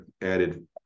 added